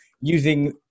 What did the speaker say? using